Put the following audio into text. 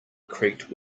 creaked